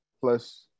plus